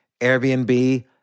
Airbnb